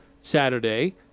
Saturday